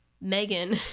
Megan